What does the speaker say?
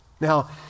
Now